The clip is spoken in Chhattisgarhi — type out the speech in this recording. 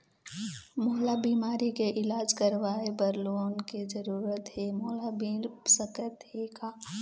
मोला बीमारी के इलाज करवाए बर लोन के जरूरत हे मोला मिल सकत हे का?